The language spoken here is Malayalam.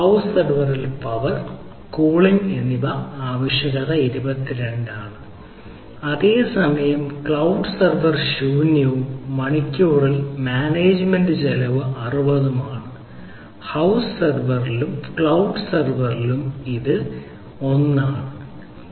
ഹൌസ് സെർവറിൽ പവർ കൂളിംഗ് ആവശ്യകത 22 ആണ് അതേസമയം ക്ലൌഡ് സെർവർ ശൂന്യവും മണിക്കൂറിൽ മാനേജുമെന്റ് ചെലവ് 6 ഉം ആണ് ഹ server സ് സെർവറിലും ക്ളൌഡ് സെർവറിലും ഇത് 1 ആണ്